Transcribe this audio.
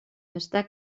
està